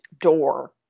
door